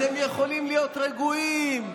אתם יכולים להיות רגועים,